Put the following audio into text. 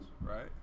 right